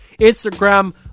Instagram